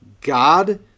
God